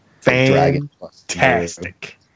fantastic